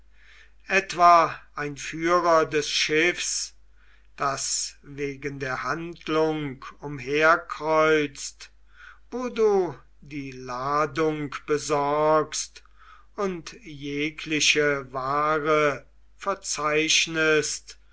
etwa ein führer des schiffs das wegen der handlung umherkreuzt wo du die ladung besorgst und jegliche ware verzeichnest